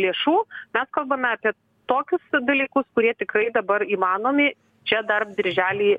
lėšų mes kalbame apie tokius dalykus kurie tikrai dabar įmanomi čia dar birželį